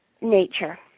nature